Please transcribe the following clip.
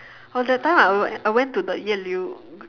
that time I when I went to the yehliu